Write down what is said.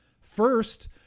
First